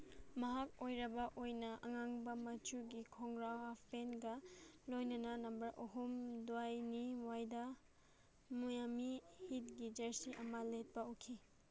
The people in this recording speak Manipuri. ꯃꯍꯥꯛ ꯑꯔꯣꯏꯕ ꯑꯣꯏꯅ ꯑꯉꯥꯡꯕ ꯃꯆꯨꯒꯤ ꯈꯣꯡꯒ꯭ꯔꯥꯎ ꯍꯥꯞꯄꯦꯟꯒ ꯂꯣꯏꯅꯅ ꯅꯝꯕꯔ ꯑꯍꯨꯝ ꯗ꯭ꯋꯥꯏꯅꯤ ꯋꯥꯏꯗꯥ ꯃꯤꯌꯥꯃꯤ ꯍꯤꯠꯀꯤ ꯖꯔꯁꯤ ꯑꯃ ꯂꯤꯠꯄ ꯎꯈꯤ